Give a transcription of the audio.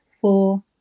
Four